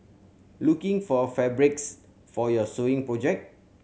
looking for fabrics for your sewing project